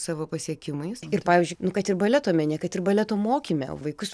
savo pasiekimais ir pavyzdžiui nu kad ir baleto mene kad ir baleto mokyme vaikus